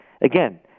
Again